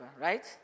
right